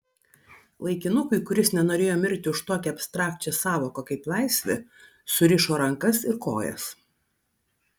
vaikinukui kuris nenorėjo mirti už tokią abstrakčią sąvoką kaip laisvė surišo rankas ir kojas